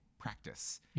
practice